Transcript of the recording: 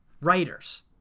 writers